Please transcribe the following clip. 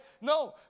No